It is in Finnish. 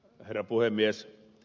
ensinnäkin ed